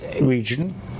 region